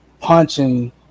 punching